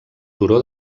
turó